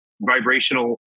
vibrational